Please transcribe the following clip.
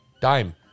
dime